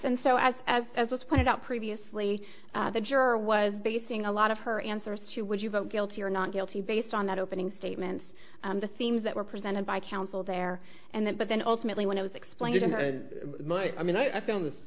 and so as as as was pointed out previously the juror was basing a lot of her answers to would you vote guilty or not guilty based on that opening statements the themes that were presented by counsel there and then but then ultimately when i was explaining to my i mean i found